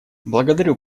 благодарю